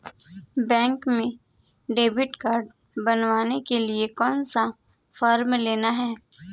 Bank में debit card बनवाने के लिए कौन सा फॉर्म लेना है?